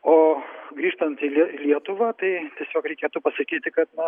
o grįžtant į lie lietuvą tai tiesiog reikėtų pasakyti kad na